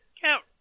count